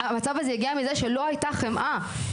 הגיע מכך שלא הייתה חמאה.